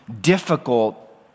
difficult